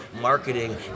marketing